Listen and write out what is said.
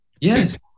Yes